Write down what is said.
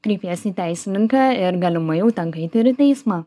kreipiesi į teisininką ir galimai jau tenka eit ir į teismą